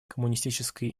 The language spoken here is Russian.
коммунистической